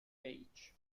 beach